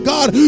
God